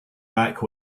back